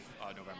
November